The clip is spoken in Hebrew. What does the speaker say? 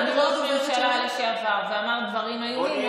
עמד ראש ממשלה לשעבר ואמר דברים איומים.